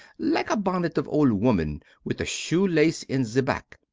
like a bonnet of old woman, with a shoe-lace in the back.